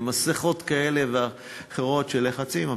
עם מסכות כאלה ואחרות של לחצים,